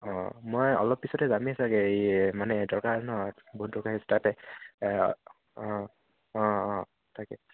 অঁ মই অলপ পিছতে যামেই চাগে এই মানে দৰকাৰ নহয় বহুত দৰকাৰ অঁ অঁ অঁ তাকে